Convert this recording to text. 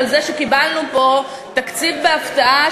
על זה שקיבלנו פה תקציב בהפתעה,